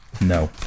No